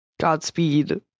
godspeed